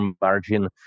margin